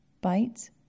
bites